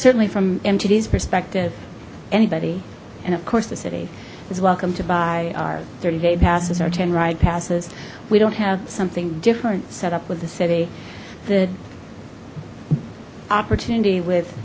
certainly from mt ds perspective anybody and of course the city is welcome to buy our thirty day passes or ten ride passes we don't have something different set up with the city the opportunity with